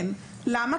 למה?